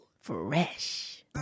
fresh